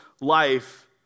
life